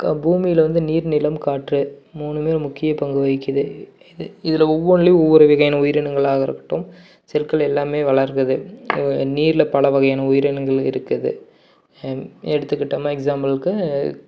கா பூமியில் வந்து நீர் நிலம் காற்று மூணுமே முக்கிய பங்கு வகிக்கிறது இது இதில் ஒவ்வொன்னுலேயும் ஒவ்வொரு வகையான உயிரினங்களாக இருக்கட்டும் செடிக்கள் எல்லாமே வளர்க்குது நீரில் பல வகையான உயிரினங்கள் இருக்குது எடுத்துக்கிட்டோம்ம எக்ஸாம்பிள்ளுக்கு